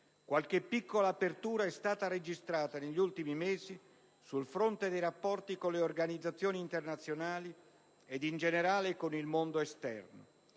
Qualche piccola apertura è stata registrata, negli ultimi mesi, sul fronte dei rapporti con le organizzazioni internazionali ed in generale con il mondo esterno.